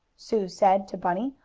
sue said to bunny,